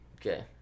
okay